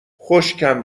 خشکم